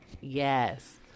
Yes